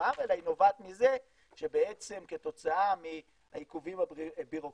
פחם אלא היא נובעת מזה שכתוצאה מעיכובים בירוקרטיים,